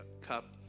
cup